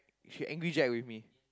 she angry jet with me